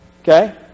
Okay